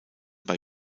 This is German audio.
bei